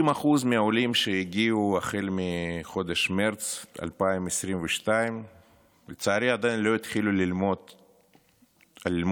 60% מהעולים שהגיעו מחודש מרץ 2022 לצערי עדיין לא התחילו ללמוד באולפן,